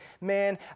man